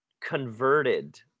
converted